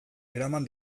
eraman